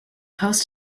post